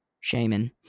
Shaman